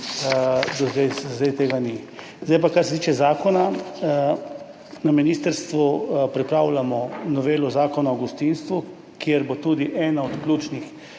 Zdaj pa kar se tiče zakona. Na ministrstvu pripravljamo novelo Zakona o gostinstvu, kjer bo tudi ena od ključnih